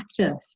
active